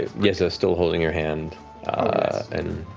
yeza's still holding your hand and